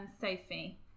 Sophie